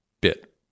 bit